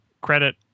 credit